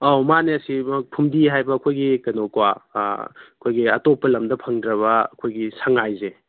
ꯑꯧ ꯃꯥꯟꯅꯦ ꯑꯁꯤꯃꯛ ꯐꯨꯝꯗꯤ ꯍꯥꯏꯕ ꯑꯩꯈꯣꯏꯒꯤ ꯀꯩꯅꯣꯀꯣ ꯑꯩꯈꯣꯏꯒꯤ ꯑꯇꯣꯞ ꯂꯝꯗ ꯐꯪꯗ꯭ꯔꯕ ꯑꯩꯈꯣꯏꯒꯤ ꯁꯉꯥꯏꯁꯦ